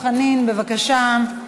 חבר הכנסת דב חנין, בבקשה.